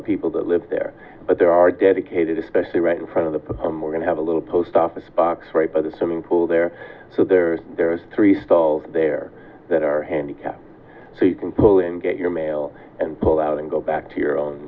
other people that live there but there are dedicated especially right in front of the morgan have a little post office box right by the swimming pool there so there's there's three stalls there that are handicapped so you can pull in get your mail and pull out and go back to your own